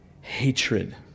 Hatred